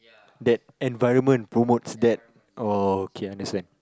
that environment promotes that oh okay I understand